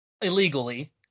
illegally